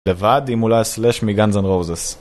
לבד עם אולי סלש מגנז אנד רוזס